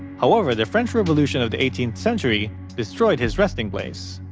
however, the french revolution of the eighteenth century destroyed his resting place.